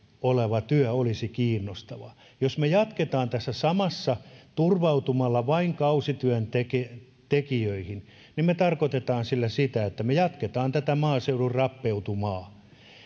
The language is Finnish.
oleva työ olisi kiinnostavaa jos me jatkamme tässä samassa turvautumalla vain kausityöntekijöihin tarkoitamme sillä sitä että me jatkamme tätä maaseudun rappeutumaa